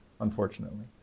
Unfortunately